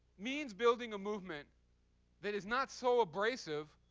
means building a movement that is not so abrasive,